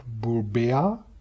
Burbea